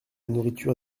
nourriture